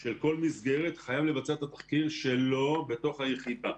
של כל מסגרת חייב לבצע את התחקיר שלו בתוך היחידה.